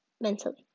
mentally